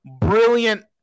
brilliant